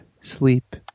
sleep